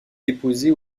déposée